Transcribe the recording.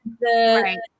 the-